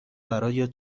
برای